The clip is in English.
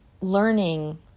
learning